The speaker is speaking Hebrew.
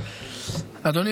אדוני.